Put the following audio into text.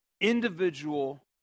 individual